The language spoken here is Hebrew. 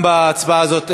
התשע"ו 2016. גם בהצבעה הזאת,